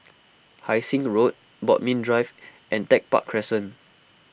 Hai Sing Road Bodmin Drive and Tech Park Crescent